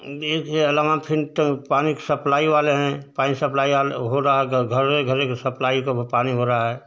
इसे अलावा फिर पानी सप्लाई वाले हैं पानी सप्लाई हो रहा घरे घरे सप्लाई का पानी हो रहा है